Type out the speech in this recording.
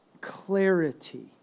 clarity